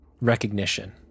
recognition